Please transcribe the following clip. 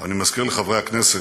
אני מזכיר לחברי הכנסת,